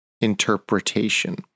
interpretation